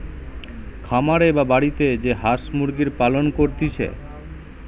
খামারে বা বাড়িতে যে হাঁস মুরগির পালন করতিছে